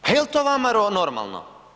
Pa jel to vama normalno?